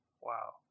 wow